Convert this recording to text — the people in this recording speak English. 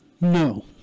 No